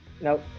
Nope